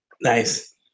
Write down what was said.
Nice